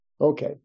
Okay